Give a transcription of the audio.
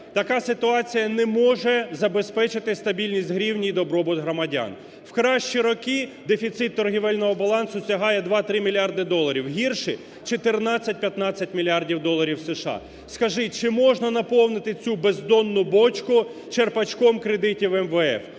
Така ситуація не може забезпечити стабільність гривні і добробут громадян. В кращі роки дефіцит торгівельного балансу сягає 2, 3 мільярда доларів, гірші 14, 15 мільярдів доларів США. Скажіть, чи можна наповнити цю бездонну бочку черпачком кредитів МВФ?